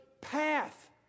path